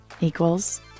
equals